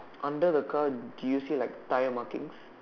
under the car do you see like tire markings